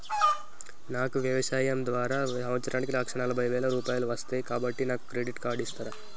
నాకు వ్యవసాయం ద్వారా సంవత్సరానికి లక్ష నలభై వేల రూపాయలు వస్తయ్, కాబట్టి నాకు క్రెడిట్ కార్డ్ ఇస్తరా?